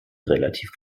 relativ